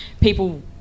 people